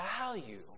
value